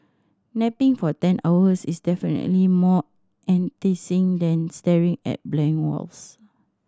napping for ten hours is definitely more enticing than staring at blank walls